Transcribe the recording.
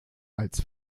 als